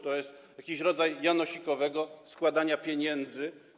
To jest jakiś rodzaj janosikowego składania pieniędzy.